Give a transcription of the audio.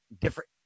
different